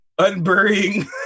unburying